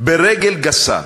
ברגל גסה,